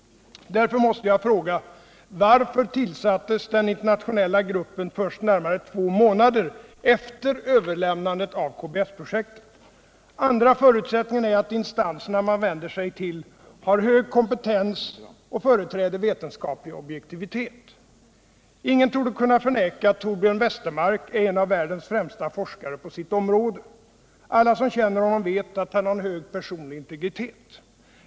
Därför måste jag fråga: Varför tillsattes den internationella gruppen först närmare två månader efter överlämnandet av KBS-projektet? Den andra förutsättningen är att instanserna man vänder sig till har hög kompetens och företräder vetenskaplig objektivitet. Ingen torde kunna förneka att Torbjörn Westermark är en av världens främsta forskare på sitt område. Alla som känner honom vet att han har en hög personlig integritet.